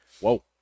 Whoa